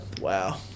Wow